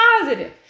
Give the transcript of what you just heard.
positive